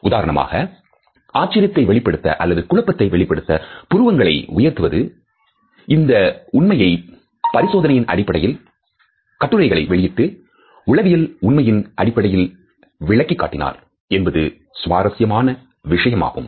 உதாரணமாக ஆச்சரியத்தை வெளிப்படுத்த அல்லது குழப்பத்தை வெளிப்படுத்த புருவங்களை உயர்த்துவது இந்த உண்மையை பரிசோதனையின் அடிப்படையில் கட்டுரைகளை வெளியிட்டு உளவியல் உண்மையின் அடிப்படையில் விளக்கிக் காட்டினார் என்பது சுவாரஸ்யமான விஷயமாகும்